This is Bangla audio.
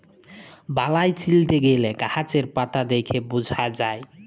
বালাই চিলতে গ্যালে গাহাচের পাতা দ্যাইখে বুঝা যায়